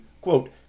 quote